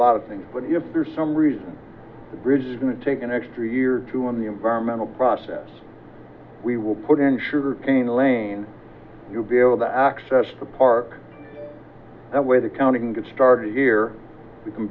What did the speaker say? lot of things but if there's some reason the bridge is going to take an extra year to in the environmental process we will put in sugarcane lane you'll be able to access the park that way the county can get started here we can